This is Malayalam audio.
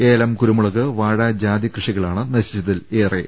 ഏലം കുരുമുളക് വാഴ ജാതി കൃഷികളാണ് നശിച്ചതിൽ ഏറെയും